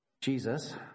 Jesus